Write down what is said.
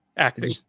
Acting